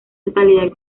totalidad